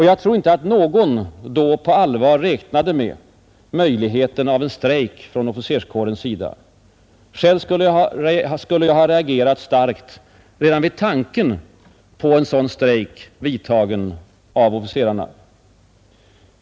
Jag tror inte att någon då på allvar räknade med möjligheten av en strejk från officerskåren. Själv skulle jag ha reagerat mycket starkt redan vid tanken på en sådan strejk genomförd av officerarna.